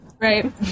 Right